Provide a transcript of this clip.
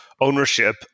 ownership